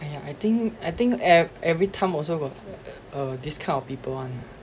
!aiya! I think I think e~ every time also got uh this kind of people [one] ah